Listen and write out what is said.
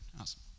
awesome